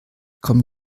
komm